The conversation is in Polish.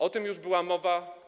O tym już była mowa.